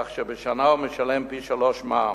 כך שבשנה הוא משלם פי-שלושה מע"מ.